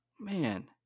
man